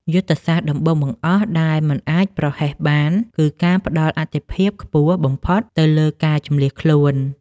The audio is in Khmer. យុទ្ធសាស្ត្រដំបូងបង្អស់ដែលមិនអាចប្រហែសបាន គឺការផ្ដល់អាទិភាពខ្ពស់បំផុតទៅលើការជម្លៀសខ្លួន។